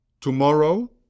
tomorrow